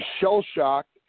shell-shocked